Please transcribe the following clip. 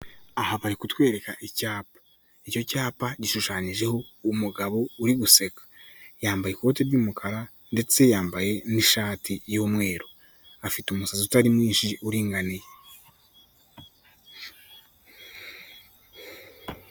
Aha bari kutwereka icyapa, icyo cyapa gishushanyijeho umugabo uri guseka, yambaye ikote ry'umukara ndetse yambaye n'ishati y'umweru, afite umusatsi utari mwinshi uringaniye.